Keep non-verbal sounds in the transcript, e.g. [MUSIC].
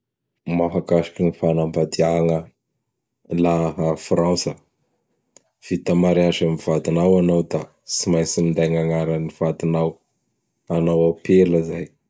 [NOISE] Mahakasiky gny fagnambadiagna laha a Frantsa; vita mariazy am vadinao anao da tsy maintsy minday gnagnaran'ny vadinao. Anao apela zay [NOISE]